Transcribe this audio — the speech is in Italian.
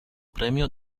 premio